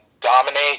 dominate